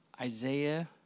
Isaiah